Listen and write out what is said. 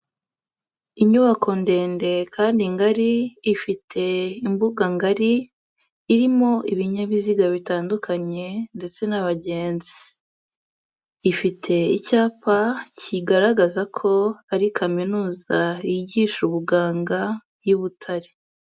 Inyubako ndende kandi ngari ifite imbuga ngari, irimo ibinyabiziga bitandukanye ndetse n'abagenzi, ifite icyapa kigaragaza ko ari kaminuza yigisha ubuganga y'i Butare.